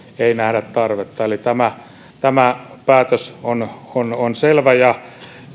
ei nähdä tarvetta eli tämä tämä päätös on on selvä ja